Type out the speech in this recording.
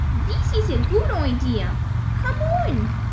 this is a good idea come on!